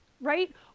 right